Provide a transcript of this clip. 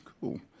Cool